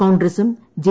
കോൺഗ്രസും ജെ